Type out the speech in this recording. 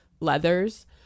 leathers